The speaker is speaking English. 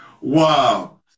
Wow